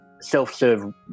self-serve